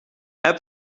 app